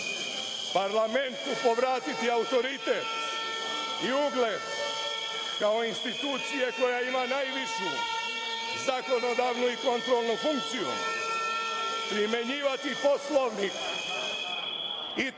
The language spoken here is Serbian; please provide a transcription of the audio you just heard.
parlamentu povratiti autoritet i ugled, kao institucije koja ima najvišu zakonodavnu i kontrolnu funkciju, primenjivati Poslovnik i to za